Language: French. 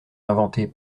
inventée